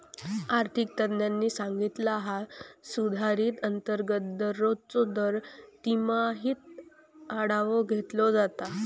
आर्थिक तज्ञांनी सांगितला हा सुधारित अंतर्गत दराचो दर तिमाहीत आढावो घेतलो जाता